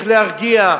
איך להרגיע,